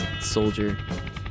soldier